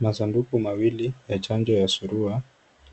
Masanduku mawili ya chanjo ya surua,